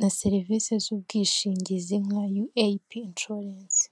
na serivisi z'ubwishingizi nka yueyipi inshoranence.